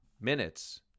minutes